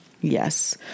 Yes